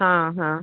हा हा